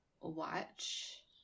watch